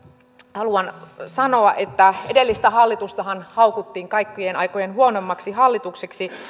haluan sanoa että edellistä hallitustahan haukuttiin kaikkien aikojen huonoimmaksi hallitukseksi